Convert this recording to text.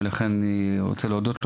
ועל כך אני מאוד רוצה להודות.